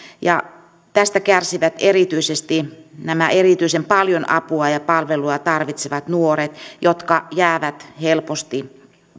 tästä kärsivät erityisesti erityisen paljon apua ja palvelua tarvitsevat nuoret jotka jäävät helposti